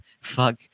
Fuck